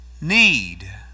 need